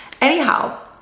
anyhow